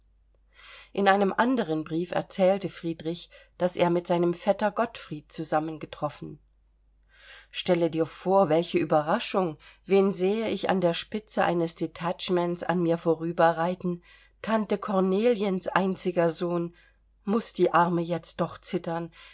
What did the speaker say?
in einem andern brief erzählte friedrich daß er mit seinem vetter gottfried zusammengetroffen stelle dir vor welche überraschung wen sehe ich an der spitze eines detachements an mir vorüber reiten tante korneliens einzigen sohn muß die arme jetzt doch zittern